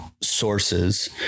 sources